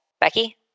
Becky